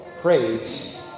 Praise